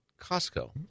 Costco